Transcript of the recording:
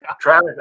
Travis